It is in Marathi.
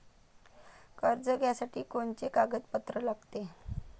कर्ज घ्यासाठी कोनचे कागदपत्र लागते?